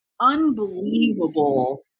unbelievable